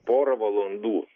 porą valandų